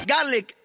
Garlic